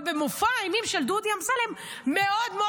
אבל במופע האימים של דודי אמסלם מאוד מאוד